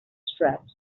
straps